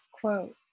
quote